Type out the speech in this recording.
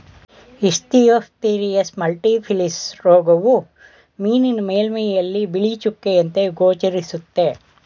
Ichthyophthirius multifiliis ರೋಗವು ಮೀನಿನ ಮೇಲ್ಮೈಯಲ್ಲಿ ಬಿಳಿ ಚುಕ್ಕೆಯಂತೆ ಗೋಚರಿಸುತ್ತೆ